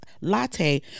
latte